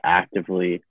actively